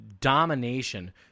domination